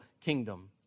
kingdom